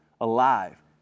alive